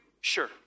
Sure